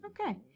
Okay